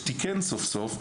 תיקן סוף סוף,